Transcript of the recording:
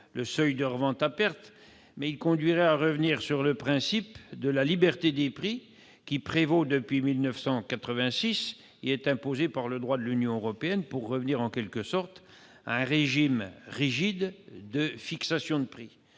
le seuil de revente à perte. Elle reviendrait sur le principe de la liberté des prix, qui prévaut depuis 1986 et est imposé par le droit de l'Union européenne, pour aller vers un régime rigide de fixation de prix.